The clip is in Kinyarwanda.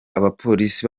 abapolisi